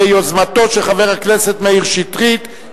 ביוזמתו של חבר הכנסת מאיר שטרית.